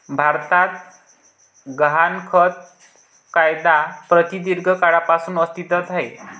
भारतात गहाणखत कायदा प्रदीर्घ काळापासून अस्तित्वात आहे